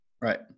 Right